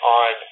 on